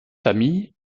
famille